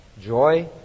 Joy